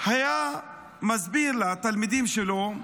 היה מסביר לתלמידים שלו,